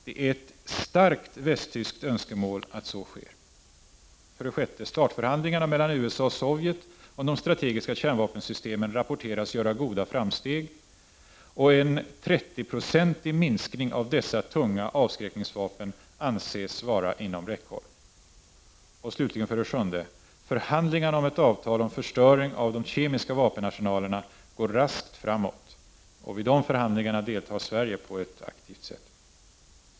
Det är ett starkt västtyskt önskemål att så sker. 6. START-förhandlingarna mellan USA och Sovjet om de strategiska kärnvapensystemen rapporteras göra goda framsteg, och en 30-procentig minskning av dessa tunga avskräckningsvapen anses vara inom räckhåll. 7. Förhandlingarna om ett avtal om förstöring av de kemiska vapenarsenalerna går raskt framåt. Vid de förhandlingarna deltar Sverige på ett aktivt sätt.